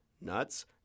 Nuts